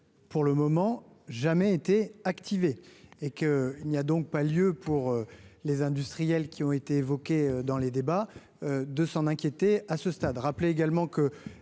pour le moment jamais été activé et que il n'y a donc pas lieu pour les industriels qui ont été évoqués dans les débats de s'en inquiéter, à ce stade